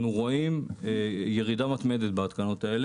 אנחנו רואים במערכות הפסיביות ירידה מתמדת בהתקנות.